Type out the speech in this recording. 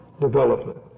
development